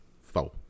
four